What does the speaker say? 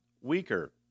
weaker